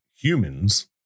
humans